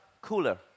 cooler